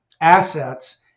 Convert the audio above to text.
assets